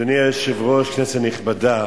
אדוני היושב-ראש, כנסת נכבדה,